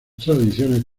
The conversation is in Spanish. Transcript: tradiciones